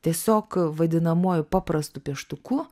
tiesiog vadinamuoju paprastu pieštuku